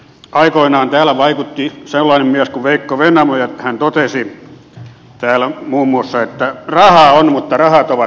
aikoinaan täällä vaikutti sellainen mies kuin veikko vennamo ja hän totesi täällä muun muassa että rahaa on mutta rahat ovat rosvoilla